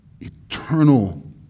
eternal